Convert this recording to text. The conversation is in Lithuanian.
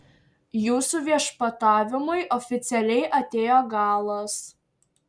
jūsų viešpatavimui oficialiai atėjo galas